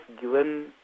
given